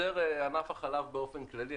ענף החלב באופן כללי.